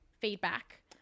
feedback